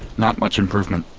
not much improvement.